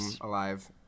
alive